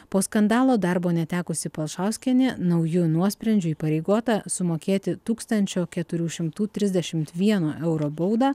po skandalo darbo netekusi palšauskienė nauju nuosprendžiu įpareigota sumokėti tūkstančio keturių šimtų trisdešim vieno euro baudą